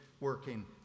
working